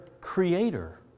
creator